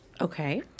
Okay